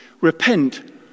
repent